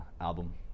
album